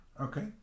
okay